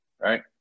right